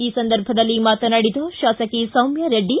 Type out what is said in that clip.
ಈ ಸಂದರ್ಭದಲ್ಲಿ ಮಾತನಾಡಿದ ಶಾಸಕಿ ಸೌಮ್ಕ ರೆಡ್ಡಿ